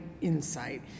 insight